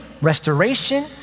restoration